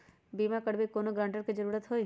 बिमा करबी कैउनो गारंटर की जरूरत होई?